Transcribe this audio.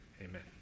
Amen